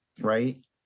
right